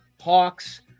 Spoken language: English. Hawks